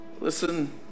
listen